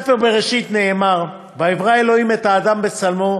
בספר בראשית נאמר: "ויברא אלהים את האדם בצלמו.